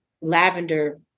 lavender